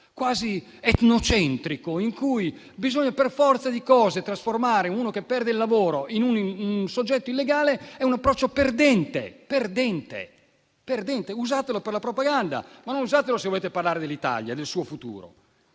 quasi etnocentrico, in cui bisogna per forza trasformare uno che perde il lavoro in un soggetto illegale, è un approccio perdente. Usatelo per la propaganda, ma non usatelo se volete parlare dell'Italia e del suo futuro.